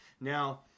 Now